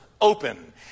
open